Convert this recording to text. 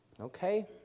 okay